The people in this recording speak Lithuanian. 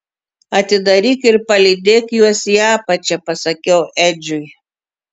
atidaryk ir palydėk juos į apačią pasakiau edžiui